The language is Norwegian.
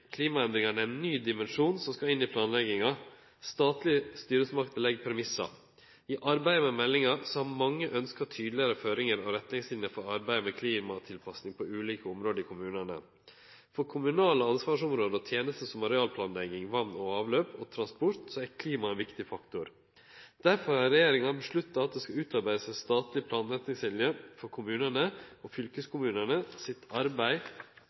Klimaendringane er ein ny dimensjon som skal inn i planlegginga. Statlege styresmakter legg premissar. I arbeidet med meldinga har mange ønskt tydelegare føringar og retningslinjer for arbeidet med klimatilpassing på ulike område i kommunane. For kommunale ansvarsområde og tenester som arealplanlegging, vatn og avløp og transport, er klimaet ein viktig faktor. Derfor har regjeringa vedteke at ein skal utarbeide ei statleg planretningslinje for kommunanes og fylkeskommunanes arbeid